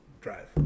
drive